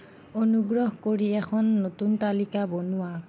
অনুগ্ৰহ কৰি এখন নতুন তালিকা বনোৱা